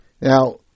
Now